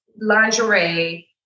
lingerie